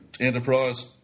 Enterprise